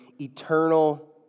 eternal